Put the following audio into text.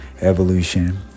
Evolution